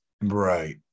Right